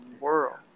world